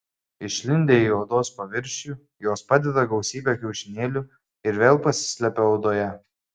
išlindę į odos paviršių jos padeda gausybę kiaušinėlių ir vėl pasislepia odoje